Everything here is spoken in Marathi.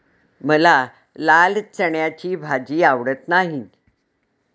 मला लाल चण्याची भाजी आवडत नाही